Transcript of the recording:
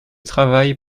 travail